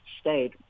stayed